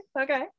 okay